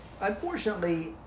Unfortunately